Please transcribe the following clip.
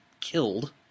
killed